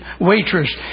waitress